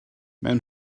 mewn